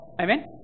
Amen